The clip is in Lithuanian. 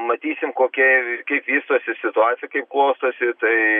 matysim kokia kaip vystosi situacija kaip klostosi tai